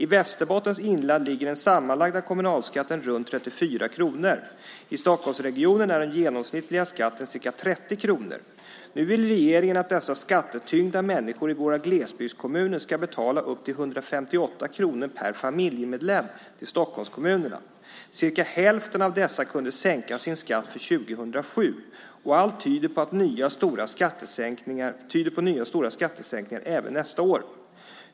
I Västerbottens inland ligger den sammanlagda kommunalskatten runt 34 kronor. I Stockholmsregionen är den genomsnittliga skatten cirka 30 kronor. Nu vill regeringen att dessa skattetyngda människor i våra glesbygdskommuner skall betala upp till 158 kronor per familjemedlem till Storstockholmskommunerna. Cirka hälften av dessa kunde sänka sin skatt för 2007, och allt tyder på nya stora skattesänkningar även nästa år.